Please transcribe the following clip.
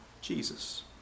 Jesus